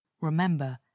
Remember